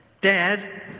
Dad